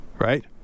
right